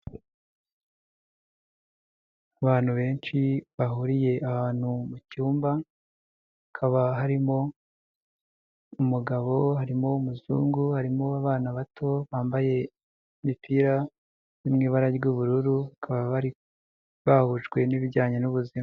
Abantu benshi bahuriye ahantu mu cyumba, hakaba harimo umugabo, harimo umuzungu, harimo abana bato bambaye imipira iri mu ibara ry'ubururu, bakaba bari bahujwe n'ibijyanye n'ubuzima.